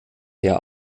der